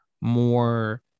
more